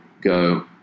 go